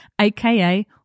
aka